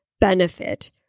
benefit